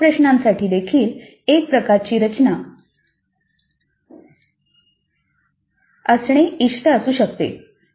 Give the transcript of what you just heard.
तर उप प्रश्नांसाठी देखील एक प्रकारची रचना असणे इष्ट असू शकते